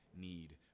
need